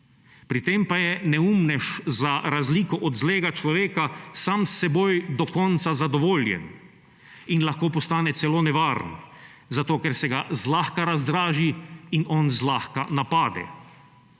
Pri tem pa je neumnež za razliko od zlega človeka sam s seboj do konca zadovoljen in lahko postane celo nevaren, zato ker se ga zlahka razdraži in on zlahka napade.